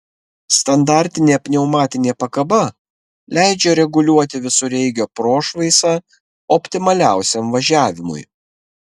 standartinė pneumatinė pakaba leidžia reguliuoti visureigio prošvaisą optimaliausiam važiavimui